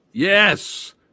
Yes